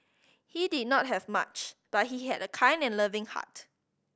he did not have much but he had a kind and loving heart